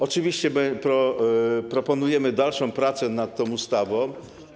Oczywiście proponujemy dalszą pracę nad tą ustawą.